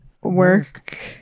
work